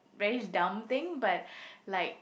very dum thing but like